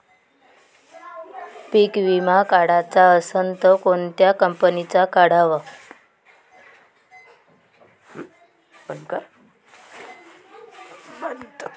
पीक विमा काढाचा असन त कोनत्या कंपनीचा काढाव?